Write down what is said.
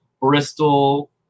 Bristol